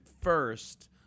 first